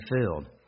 filled